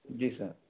जी sir